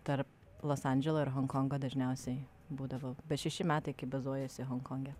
tarp los andželo ir honkongo dažniausiai būdavau bet šeši metai kaip bazuojuosi honkonge